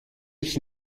ich